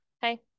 Hey